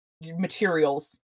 materials